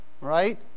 right